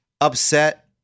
upset